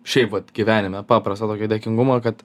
šiaip vat gyvenime paprastą tokį dėkingumą kad